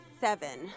Seven